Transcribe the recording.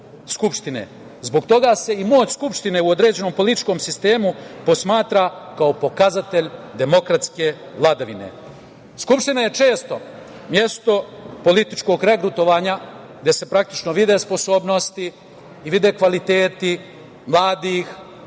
Zbog toga se i moć skupštine u određenom političkom sistemu posmatra kao pokazatelj demokratske vladavine. Skupština je često mesto političkog regrutovanja, gde se praktično vide sposobnosti i vide kvaliteti mladih,